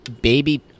baby